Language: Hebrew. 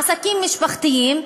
עסקים משפחתיים,